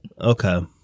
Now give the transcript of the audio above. Okay